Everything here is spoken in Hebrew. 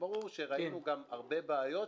ברור שראינו גם הרבה בעיות,